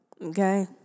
Okay